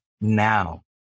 now